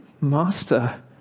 Master